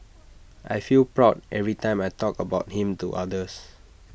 I feel proud every time I talk about him to others